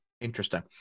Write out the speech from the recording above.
Interesting